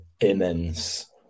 immense